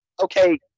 Okay